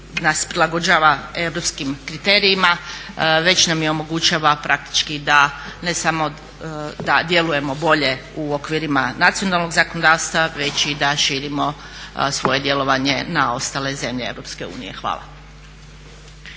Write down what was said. nas prilagođava europskim kriterijima već nam i omogućava praktički da ne samo da djelujemo bolje u okvirima nacionalnog zakonodavstva već i da širimo svoje djelovanje na ostale zemlje EU. Hvala.